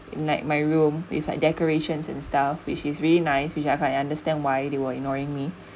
in like my room with like decorations and stuff which is really nice which I can understand why they were ignoring me